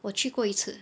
我去过一次